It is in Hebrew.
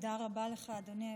תודה רבה לך, אדוני היושב-ראש.